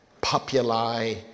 Populi